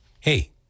Hey